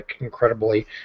incredibly